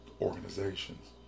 organizations